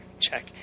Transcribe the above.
check